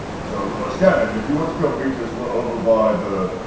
so, scanlan, if you want to come meet us, we're over by the